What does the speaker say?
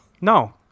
No